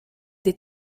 des